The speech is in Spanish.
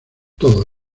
todos